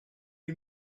you